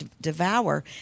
devour